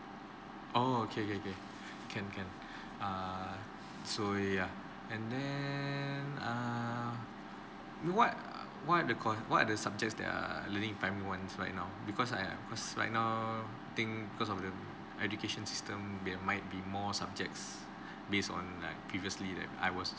okay kay~ kay~ can can err so yeah and then err what what are the course what are the subjects they're learning in primary one right now because I because right now think because of the education system they might be more subjects base on like previously that I was